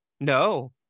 No